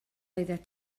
oeddet